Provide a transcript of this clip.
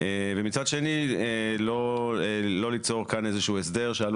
ומצד שני לא ליצור כאן איזשהו הסדר שעלול